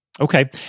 Okay